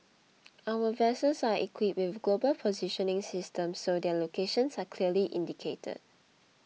our vessels are equipped with global positioning systems so their locations are clearly indicated